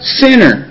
sinner